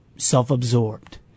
self-absorbed